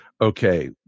okay